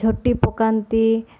ଝୋଟି ପକାନ୍ତି